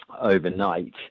overnight